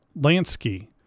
Lansky